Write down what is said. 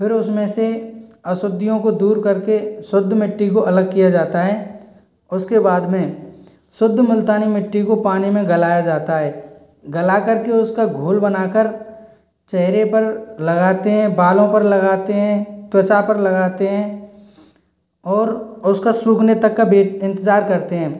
फिर उसमें से अशुद्धियों को दूर करके शुद्ध मिट्टी को अलग किया जाता है उसके बाद में शुद्ध मुल्तानी मिट्टी को पानी में गलाया जाता है गला करके उसका घोल बनाकर चेहरे पर लगाते हैं बालों पर लगाते हैं त्वचा पर लगाते हैं और उसका सूखने तक का बेट इंतजार करते हैं